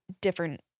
different